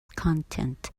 content